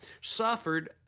suffered